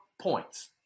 points